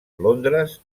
londres